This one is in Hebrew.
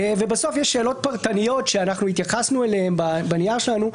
בסוף יש שאלות פרטניות שהתייחסנו אליהן בנייר שלנו,